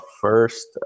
first